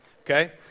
Okay